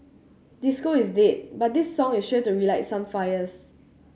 disco is dead but this song is sure to relight some fires